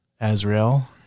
Azrael